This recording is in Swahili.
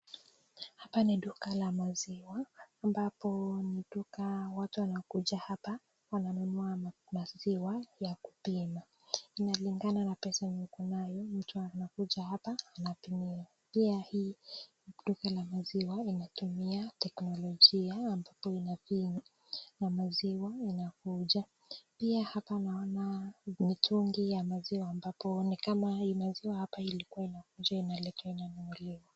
Hapa ni duka la maziwa ambapo ni duka watu wanakuja hapa wananunua maziwa ya kupima, ina lingana pesa yenye uko nayo mtu anakuja hapa anapimiwa ,pia hii duka la maziwa inatumia teknolojia ambapo inabonyezwa na maziwa inatoka pia hapa naona mitungi ya maziwa ambapo nikama hii maziwa hapa ilikuwa inakuja na inaelekea kununuliwa.